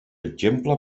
exemple